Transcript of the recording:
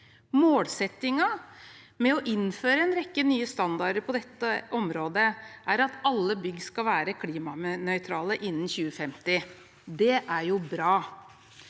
Målsettingen med å innføre en rekke nye standarder på dette området er at alle bygg skal være klimanøytrale innen 2050. Det er jo bra.